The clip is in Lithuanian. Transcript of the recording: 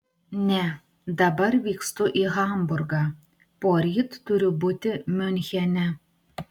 ne dabar vykstu į hamburgą poryt turiu būti miunchene